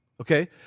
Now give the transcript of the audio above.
okay